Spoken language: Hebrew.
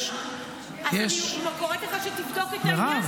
יש -- אז אני קוראת לך שתבדוק את העניין הזה.